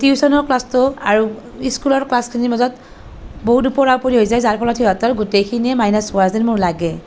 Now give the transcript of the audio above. টিউচনৰ ক্লাছটো আৰু স্কুলৰ ক্লাছখিনিৰ মাজত বহুত ওপৰা ওপৰি হৈ যায় যাৰ ফলত সিহঁতৰ গোটেইখিনিয়েই মাইনাচ হোৱা যেন মোৰ লাগে